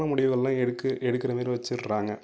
முடிவுகள்லாம் எடுக்க எடுக்கிற மாரி வெச்சிட்றாங்க